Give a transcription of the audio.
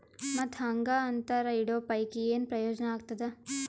ಮತ್ತ್ ಹಾಂಗಾ ಅಂತರ ಇಡೋ ಪೈಕಿ, ಏನ್ ಪ್ರಯೋಜನ ಆಗ್ತಾದ?